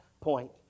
point